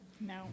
No